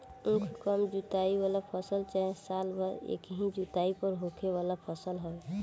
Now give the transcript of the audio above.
उख कम जुताई वाला फसल चाहे साल भर एकही जुताई पर होखे वाला फसल हवे